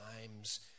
times